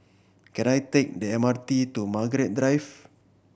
can I take the M R T to Margaret Drive